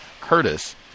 Curtis